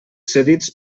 cedits